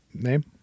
name